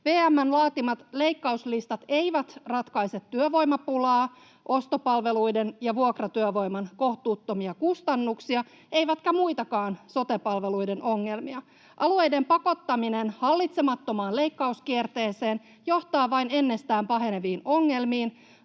VM:n laatimat leikkauslistat eivät ratkaise työvoimapulaa, ostopalveluiden ja vuokratyövoiman kohtuuttomia kustannuksia eivätkä muitakaan sote-palveluiden ongelmia. Alueiden pakottaminen hallitsemattomaan leikkauskierteeseen johtaa vain ennestään paheneviin ongelmiin.